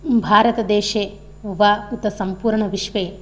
भारतदेशे वा उत सम्पूर्णविश्वे